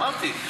אמרתי,